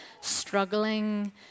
struggling